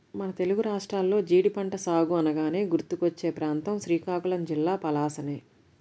మన తెలుగు రాష్ట్రాల్లో జీడి పంట సాగు అనగానే గుర్తుకొచ్చే ప్రాంతం శ్రీకాకుళం జిల్లా పలాసనే